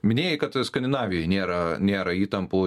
minėjai kad skandinavijoj nėra nėra įtampų